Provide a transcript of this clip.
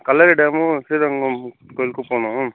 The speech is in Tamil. கல்லணை டேமும் ஸ்ரீரங்கம் கோயிலுக்கும் போகணும்